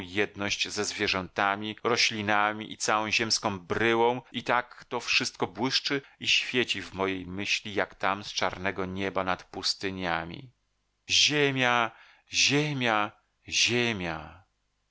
jedność ze zwierzętami roślinami i całą ziemską bryłą i tak to wszystko błyszczy i świeci w mojej myśli jak tam z czarnego nieba nad pustyniami ziemia ziemia ziemia